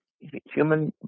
human